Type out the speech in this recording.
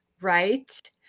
right